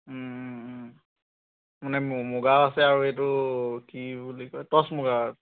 মানে মুগা আছে আৰু এইটো কি বুলি কয় টচ্ মুগাৰ